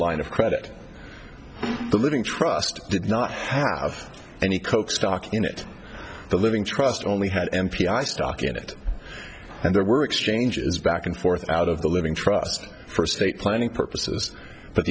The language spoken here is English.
line of credit the living trust did not have any coke stock in it the living trust only had m p i stock in it and there were exchanges back and forth out of the living trust for state planning purposes but